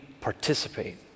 participate